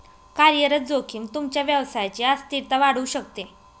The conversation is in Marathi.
कार्यरत जोखीम तुमच्या व्यवसायची अस्थिरता वाढवू शकते